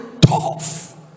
tough